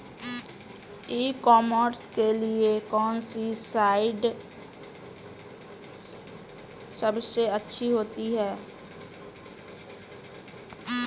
ई commerce के लिए कौनसी साइट सबसे अच्छी है?